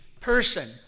person